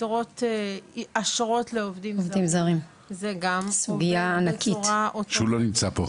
אשרות לעובדים זרים, זה גם עובד בצורה אוטומטית.